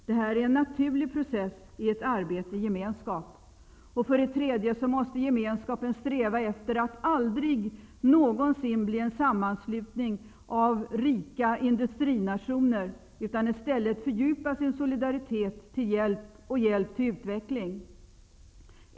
Detta är en naturlig process i ett arbete i gemenskap. För det tredje måste Gemenskapen sträva efter att aldrig någonsin bli en sammanslutning av rika industrinationer. I stället måste den fördjupa sin solidaritet och hjälp till utveckling.